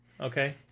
Okay